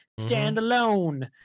standalone